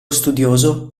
studioso